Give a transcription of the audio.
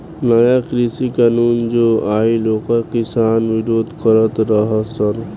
नया कृषि कानून जो आइल ओकर किसान विरोध करत रह सन